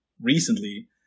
recently